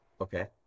Okay